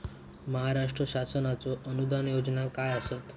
महाराष्ट्र शासनाचो अनुदान योजना काय आसत?